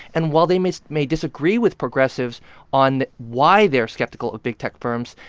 and while they must may disagree with progressives on why they're skeptical of big tech firms,